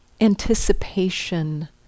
anticipation